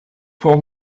por